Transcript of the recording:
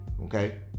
Okay